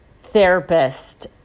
therapist